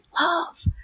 love